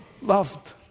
loved